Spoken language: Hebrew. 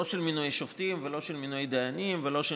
לא של מינוי שופטים ולא של מינוי דיינים ולא של